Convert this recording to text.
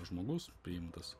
žmogus priimtas